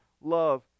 love